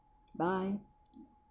bye